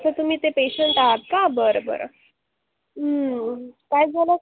अच्छा तुम्ही ते पेशन्ट आहात का बरं बरं काय झालं